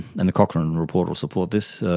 and the cochrane and report will support this,